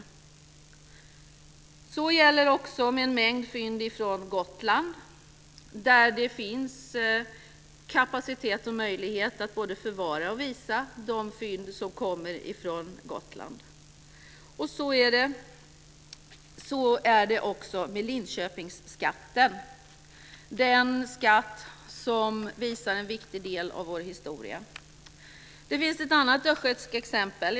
Samma sak gäller också en mängd fynd från Gotland, där det finns kapacitet och möjlighet att både förvara och visa de fynd som kommer från Gotland. Och så är det också med Linköpingsskatten, den skatt som visar en viktig del av vår historia. Det finns ett annat östgötskt exempel.